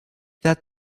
that